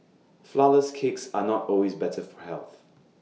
Flourless Cakes are not always better for health